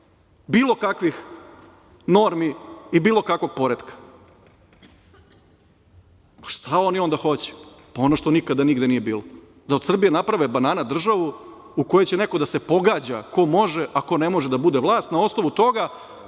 bilo kakvih normi i bilo kakvog poretka.12/3 BN/IRŠta oni onda hoće? Ono što nikada nigde nije bilo, da od Srbije naprave banana državu u kojoj će neko da se pogađa ko može, a ko ne može da bude vlast na osnovu toga